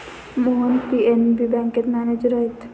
Mohan PNB बँकेत manager आहेत